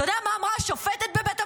אתה יודע מה אמרה השופטת בבית המשפט?